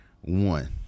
One